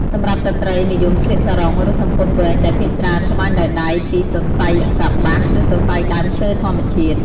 សម្រាប់ស្ត្រី:និយមស្លៀក សារុង ឬ សំពត់វែង ដែលភាគច្រើន ត្បាញដោយដៃ ពីសរសៃកប្បាស ឬសរសៃដើមឈើធម្មជាតិ។